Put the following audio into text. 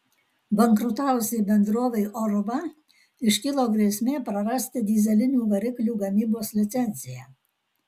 bankrutavusiai bendrovei oruva iškilo grėsmė prarasti dyzelinių variklių gamybos licenciją